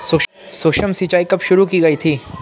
सूक्ष्म सिंचाई कब शुरू की गई थी?